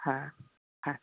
હા હા